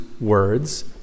words